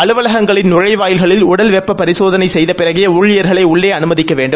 அலுவலகங்களின் நுழை வாயில்களில் உடல் வெப்ப பரிசோதனை செய்த பிறகே ஊழியர்களை உள்ளே அனுமதிக்க வேண்டும்